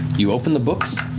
you open the books.